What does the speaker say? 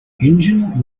engine